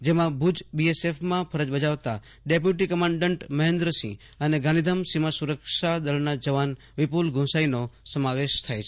જેમાં ભુજમાં બીએસએફમાં ફરજ બજાવતા ડેપ્યુટિ કમાન્ડન્ટ મહેન્દ્ર સિંહ અને ગાંધીધામ સીમા સુરક્ષા દળના જવાન વિપુલ ગુંસાઈનો સમાવેશ થાય છે